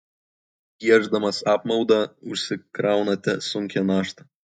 gieždamas apmaudą užsikraunate sunkią naštą